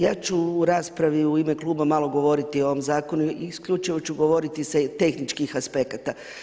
Ja ću u raspravi u ime kluba malo govoriti o ovom zakonu, isključivo ću govoriti sa tehničkih aspekata.